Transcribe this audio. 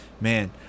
man